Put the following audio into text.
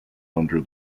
under